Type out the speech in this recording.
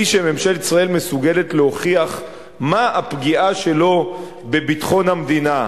שממשלת ישראל מסוגלת להוכיח מה הפגיעה שלו בביטחון המדינה,